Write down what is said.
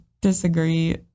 disagree